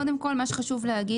קודם כל מה שחשוב להגיד,